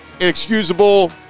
inexcusable